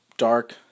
Dark